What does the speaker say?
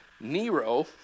Nero